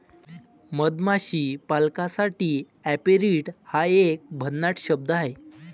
मधमाशी पालकासाठी ऍपेरिट हा एक भन्नाट शब्द आहे